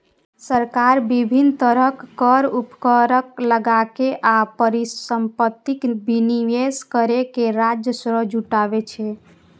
सरकार विभिन्न तरहक कर, उपकर लगाके आ परिसंपत्तिक विनिवेश कैर के राजस्व जुटाबै छै